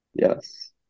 Yes